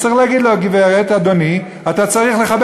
אז צריך להגיד לו: גברת או אדוני,